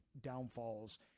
downfalls